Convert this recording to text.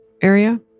area